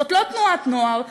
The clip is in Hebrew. זאת לא תנועת נוער,